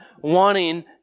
wanting